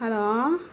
hello